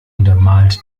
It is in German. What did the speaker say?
untermalt